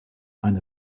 eine